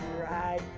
right